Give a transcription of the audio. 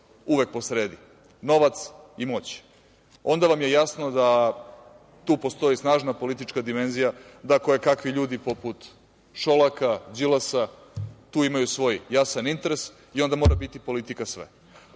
uvek po sredi, novac i moć, onda vam je jasno da tu postoji snažna politička dimenzija da kojekakvi ljudi, poput Šolaka, Đilasa tu imaju svoj jasan interes i onda mora biti politika sve. Kada